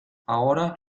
ahora